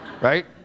Right